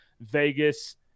Vegas –